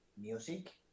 music